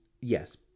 yes